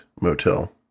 motel